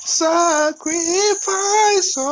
sacrifice